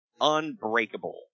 Unbreakable